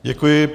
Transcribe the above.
Děkuji.